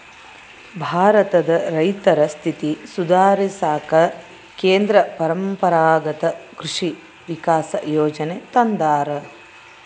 ಭಾರತದ ರೈತರ ಸ್ಥಿತಿ ಸುಧಾರಿಸಾಕ ಕೇಂದ್ರ ಪರಂಪರಾಗತ್ ಕೃಷಿ ವಿಕಾಸ ಯೋಜನೆ ತಂದಾರ